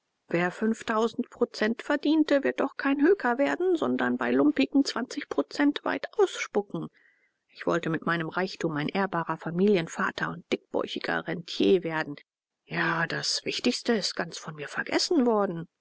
wer fünftausend prozent verdiente wird doch kein höker werden sondern bei lumpigen zwanzig prozent weit ausspucken ich wollte mit meinem reichtum ein ehrbarer familienvater und dickbäuchiger rentier werden ja das wichtigste ist ganz von mir vergessen worden